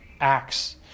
acts